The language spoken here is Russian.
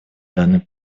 данный